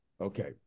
Okay